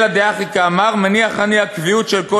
אלא דהכי קאמר: מניח אני הקביעות של כל